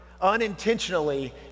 unintentionally